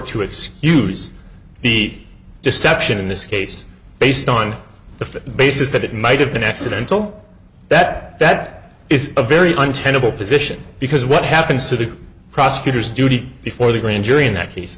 its use be deception in this case based on the basis that it might have been accidental that that is a very untenable position because what happens to the prosecutor's duty before the grand jury in that case